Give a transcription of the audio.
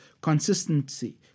consistency